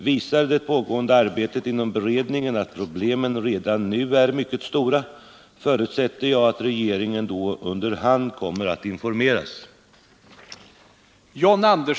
Visar det pågående arbetet inom beredningen att problemen redan nu är mycket stora, förutsätter jag att regeringen då under hand kommer att informeras.